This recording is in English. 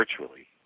virtually